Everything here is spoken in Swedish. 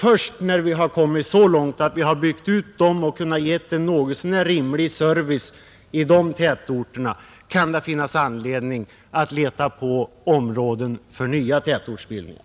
Först när vi har kommit så långt att dessa tätorter blivit utbyggda och fått en något så när tillfredsställande service kan det finnas anledning att leta fram områden för nya tätortsbildningar.